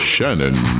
Shannon